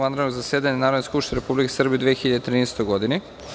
vanrednog zasedanja Narodne skupštine Republike Srbije u 2013. godini.